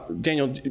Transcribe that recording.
Daniel